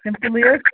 سِمپلٕے حظ